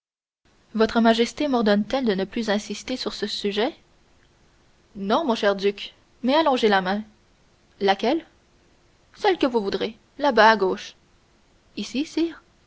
votre majesté mordonne t elle de ne plus insister sur ce sujet non mon cher duc mais allongez la main laquelle celle que vous voudrez là-bas à gauche ici